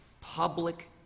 public